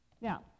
Now